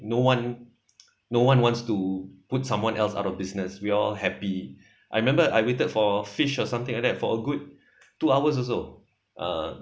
no one no one wants to put someone else out of business we all happy I remember I waited for fish or something like that for a good two hours also uh